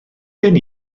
gen